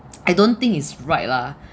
I don't think it's right lah